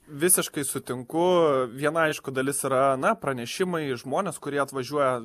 visiškai sutinku viena aišku dalis yra na pranešimai žmones kurie atvažiuoja